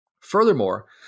Furthermore